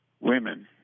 Women